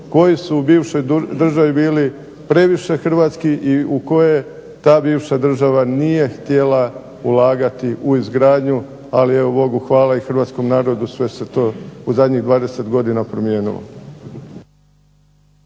koji su u bivšoj državi bili previše hrvatski i u koje ta bivša država nije htjela ulagati u izgradnju, ali evo Bogu hvala i hrvatskom narodu sve se to u zadnjih 20 godina promijenilo.